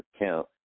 account